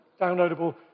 downloadable